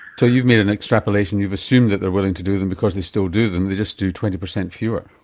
so you've made an extrapolation. you've assumed that they're willing to do them because they still do them, they just do twenty per cent fewer.